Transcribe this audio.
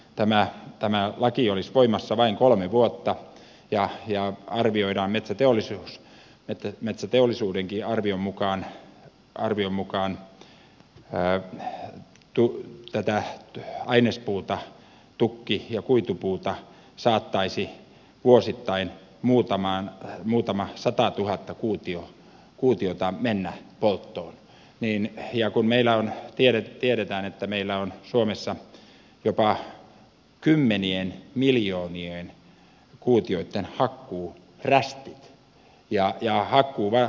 mutta tämä laki olisi voimassa vain kolme vuotta ja metsäteollisuudenkin arvion mukaan tätä ainespuuta tukki ja kuitupuuta saattaisi vuosittain muutama satatuhatta kuutiota mennä polttoon ja tiedetään että meillä on suomessa jopa kymmenien miljoonien kuutioitten hakkuurästit ja